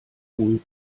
ruhig